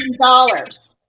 dollars